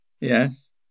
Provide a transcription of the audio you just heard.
Yes